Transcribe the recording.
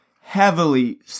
heavily